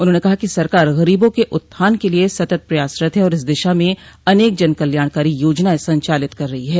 उन्होंने कहा कि सरकार गरीबो के उत्थान के लिए सतत प्रयासरत है और इस दिशा में अनेक जन कल्याणकारी योजनाएं संचालित कर रही है